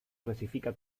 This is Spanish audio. clasifica